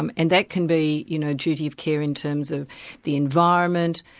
um and that can be you know duty of care in terms of the environment,